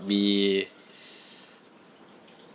be